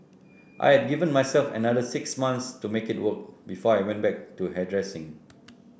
I had given myself another six months to make it work before I went back to hairdressing